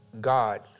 God